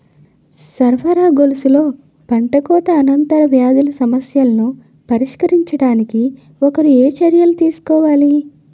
సరఫరా గొలుసులో పంటకోత అనంతర వ్యాధుల సమస్యలను పరిష్కరించడానికి ఒకరు ఏ చర్యలు తీసుకోవాలి?